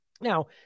Now